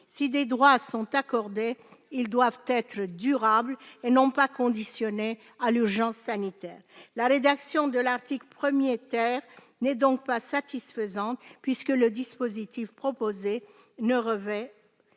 Si des droits sont accordés, ils doivent être durables, et non conditionnés à l'urgence sanitaire. La rédaction de l'article 1 n'est donc pas satisfaisante, puisque le dispositif proposé ne revêt